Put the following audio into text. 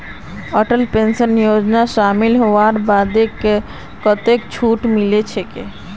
Atal pension योजनात शामिल हबार बादे कतेक छूट मिलछेक